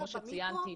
כמו שציינתי,